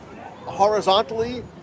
horizontally